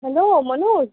hello Manoj